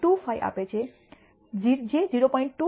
25 આપે છે જે 0